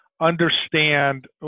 understand